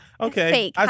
Okay